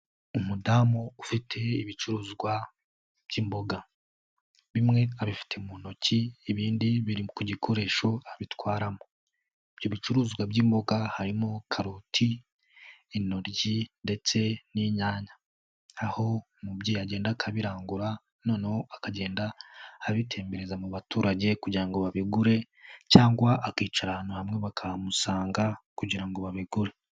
Umudamu ufite ibicuruzwa by'imboga, bimwe abifite mu ntoki ibindi biri ku gikoresho abitwaramo. Ibyo bicuruzwa by'imboga harimo karoti, intoryi ndetse n'inyanya, aho umubyeyi agenda akabirangura noneho akagenda abitembereza mu baturage kugira babigure cyangwa akicara ahantu hamwe bakahamusanga kugira ngo babigure.